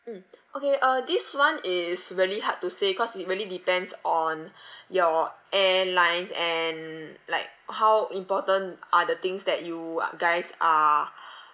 mm okay uh this [one] is really hard to say cause it really depends on your airlines and like how important are the things that you uh guys are